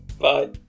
Bye